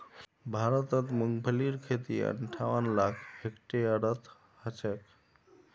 भारतत मूंगफलीर खेती अंठावन लाख हेक्टेयरत ह छेक